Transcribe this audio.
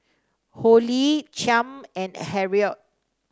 Holly Chaim and Harrold